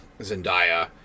Zendaya